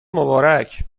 مبارک